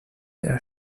der